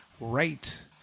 right